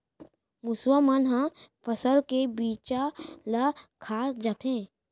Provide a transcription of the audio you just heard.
मुसवा मन ह फसल के बीजा ल खा जाथे